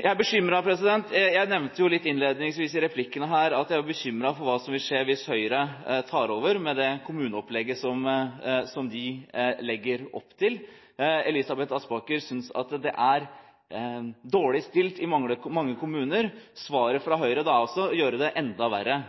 Jeg nevnte innledningsvis i replikkene her at jeg er bekymret for hva som vil skje hvis Høyre tar over med det kommuneopplegget de har. Elisabeth Aspaker synes at det er dårlig stilt i mange kommuner. Svaret fra Høyre er å gjøre det enda verre